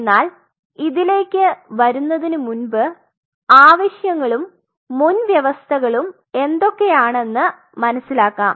എന്നാൽ ഇതിലേക്ക് വരുന്നതിന് മുൻപ് ആവശ്യങ്ങളും മുൻവ്യവസ്ഥകളും എന്തോക്കെയാണെന്നു മനസിലാകാം